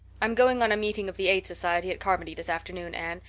i'm going on a meeting of the aid society at carmody this afternoon, anne,